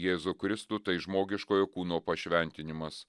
jėzų kristų tai žmogiškojo kūno pašventinimas